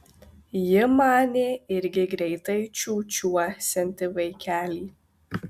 ji manė irgi greitai čiūčiuosianti vaikelį